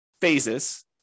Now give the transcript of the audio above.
phases